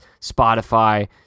Spotify